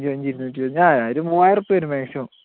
ഇരുപത്തഞ്ച് ഇര്ന്നൂറ്റി ഇരുപത്തഞ്ച് ആ ഒരു മുവ്വായിരൊർപ്യാ വരും മാക്സിമം